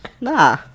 Nah